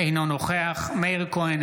אינו נוכח מאיר כהן,